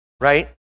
right